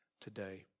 today